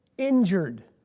injured.